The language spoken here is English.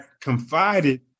confided